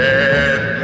Dead